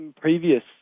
previous